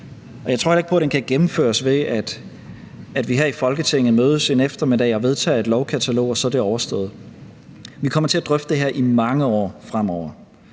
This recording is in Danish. Jeg tror heller ikke på, at den kan gennemføres, ved at vi her i Folketinget mødes en eftermiddag og vedtager et lovkatalog, og så er det overstået. Vi kommer til at drøfte det her i mange år fremover,